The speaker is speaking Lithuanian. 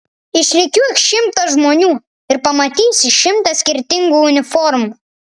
išrikiuok šimtą žmonių ir pamatysi šimtą skirtingų uniformų